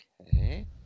Okay